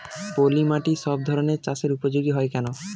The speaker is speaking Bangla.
পলিমাটি সব ধরনের চাষের উপযোগী হয় কেন?